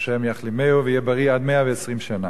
ה' יחלימו ויהיה בריא עד מאה-ועשרים שנה.